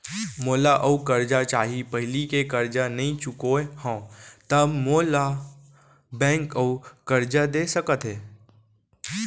मोला अऊ करजा चाही पहिली के करजा नई चुकोय हव त मोल ला बैंक अऊ करजा दे सकता हे?